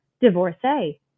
divorcee